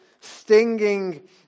stinging